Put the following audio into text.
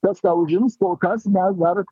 kas ką užims kol kas mes dar